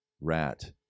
rat